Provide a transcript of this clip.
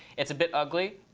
it's a bit ugly.